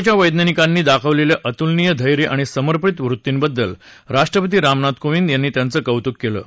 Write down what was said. झोच्या वैज्ञानिकांनी दाखवलेल्या अतुलनीय धैर्य आणि समर्पित वृत्तींबद्दल राष्ट्रपती रामनाथ कोविंद यांनी त्यांचं कौतुक केलं आहे